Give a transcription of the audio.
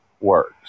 works